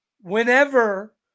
whenever